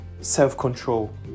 self-control